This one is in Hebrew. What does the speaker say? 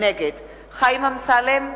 נגד חיים אמסלם,